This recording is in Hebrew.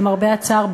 למרבה הצער,